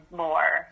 more